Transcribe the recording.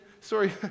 sorry